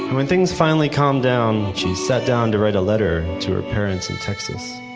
when things finally calmed down, she sat down to write a letter to her parents in texas.